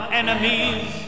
enemies